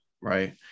Right